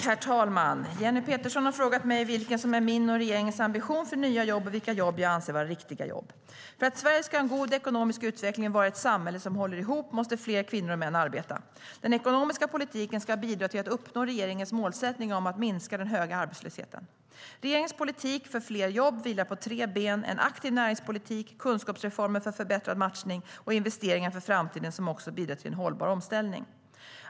Herr talman! Jenny Petersson har frågat mig vilken som är min och regeringens ambition för nya jobb och vilka jobb jag anser vara riktiga jobb. För att Sverige ska ha en god ekonomisk utveckling och vara ett samhälle som håller ihop måste fler kvinnor och män arbeta. Den ekonomiska politiken ska bidra till att uppnå regeringens målsättning om att minska den höga arbetslösheten. Regeringens politik för fler jobb vilar på tre ben: en aktiv näringspolitik, kunskapsreformer för förbättrad matchning och investeringar för framtiden som också bidrar till en hållbar omställning.